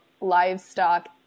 livestock